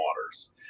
waters